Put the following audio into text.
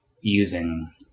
using